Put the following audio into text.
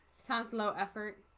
sounds low effort.